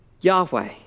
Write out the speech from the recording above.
Yahweh